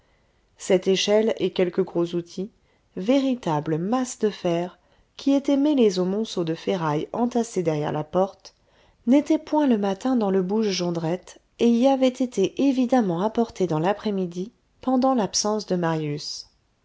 cette échelle et quelques gros outils véritables masses de fer qui étaient mêlés au monceau de ferrailles entassé derrière la porte n'étaient point le matin dans le bouge jondrette et y avaient été évidemment apportés dans l'après-midi pendant l'absence de marius